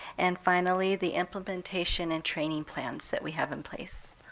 and finally the implementation and training plans that we have in place.